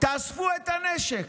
תאספו את הנשק.